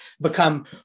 become